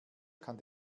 kann